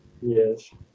Yes